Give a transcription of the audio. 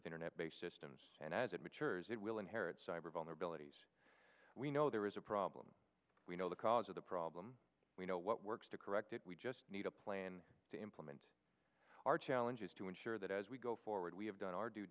with internet based systems and as it matures it will inherit cyber vulnerabilities we know there is a problem we know the cause of the problem we know what works to correct it we just need a plan to implement our challenges to ensure that as we go forward we have done our due